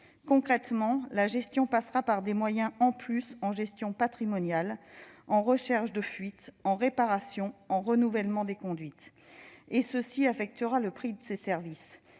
Concrètement, la gestion passera par des moyens supplémentaires en gestion patrimoniale, en recherche de fuites, en réparation et renouvellement des conduites, ce qui affectera le prix de ces services.